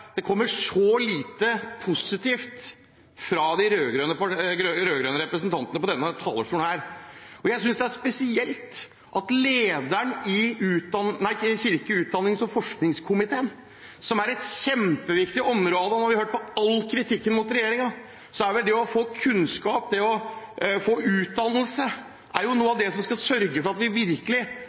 det fra denne talerstolen kommer så lite positivt fra de rød-grønne representantene, og jeg synes det er spesielt å høre all kritikken mot regjeringen fra lederen i komiteen for kirke-, utdannings- og forskningssaker, som er et kjempeviktig område. Det er vel det å få kunnskap, det å få utdannelse, som er noe av det som skal sørge for at vi virkelig